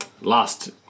last